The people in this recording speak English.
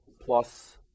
plus